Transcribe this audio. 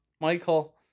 Michael